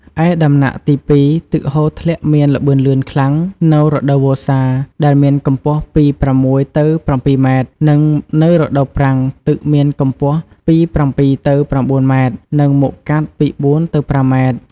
ឯដំណាក់ទី២ ទឹកហូរធ្លាក់មានល្បឿនលឿនខ្លាំងនៅរដូវវស្សាដែលមានកម្ពស់ពី ៦ ទៅ ៧ម៉ែត្រ និង នៅរដូវប្រាំងទឹកមានកម្ពស់ពី៧ ទៅ៩ម៉ែត្រ និង មុខកាត់ពី៤ទៅ៥ម៉ែត្រ។